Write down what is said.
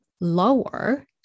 lower